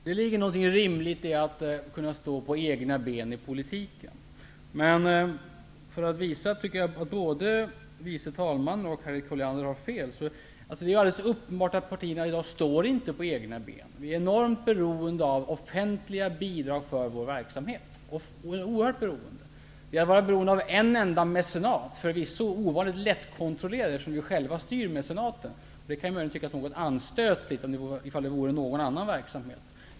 Herr talman! Det är rimligt att kunna stå på egna ben i politiken. Men både tredje vice talmannen och Harriet Colliander har fel. Det är alldeles uppenbart att partierna inte står på egna ben i dag. De är enormt beroende av offentliga bidrag för sin verksamhet. Vi är beroende av en enda mecenat, förvisso ovanligt lättkontrollerad, eftersom vi själva styr den. Det kan möjligen tyckas något anstötligt, om det hade varit fråga om någon annan verksamhet.